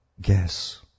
Guess